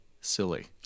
silly